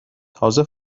تازه